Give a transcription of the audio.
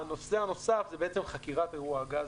הנוסף, ובעצם, חקירת אירוע הגז,